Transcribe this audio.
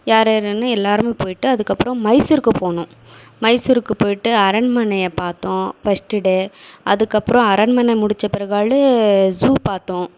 யார் யாருனு எல்லாரும் போய்ட்டோ அதுக்கப்பறம் மைசூருக்கு போனோம் மைசூருக்கு போய்ட்டு அரண்மனையை பார்த்தோம் ஃபஸ்ட்டு டே அதுக்கப்ற அரண்மனை முடிச்ச பிற்காலு ஜூ பார்த்தோம்